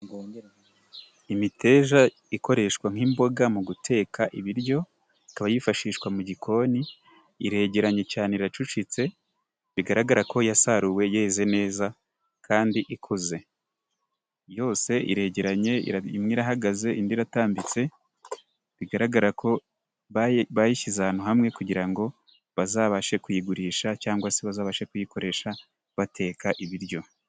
Imiteja ikoreshwa nk'imboga mu guteka ibiryo ikaba yifashishwa mu gikoni iregeranye cyane iracucitse bigaragara ko yasaruwe yeze neza kandi ikoze yose iregeranye imwe irahagaze indi iratambitse bigaragara ko bayishyize ahantu hamwe kugira ngo bazabashe kuyigurisha cyangwa se bazabashe kuyikoresha bateka ibiryo.